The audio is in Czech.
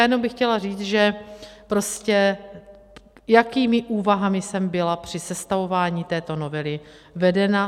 Jenom bych chtěla říct, jakými úvahami jsem byla při sestavování této novely vedena.